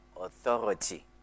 authority